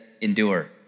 endure